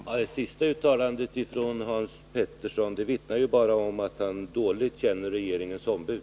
Herr talman! Det senaste uttalandet av Hans Petersson vittnar ju bara om att han dåligt känner regeringens ombud.